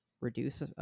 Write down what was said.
reduce